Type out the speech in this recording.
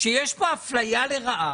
והוא שיש פה אפליה לרעה